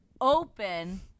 open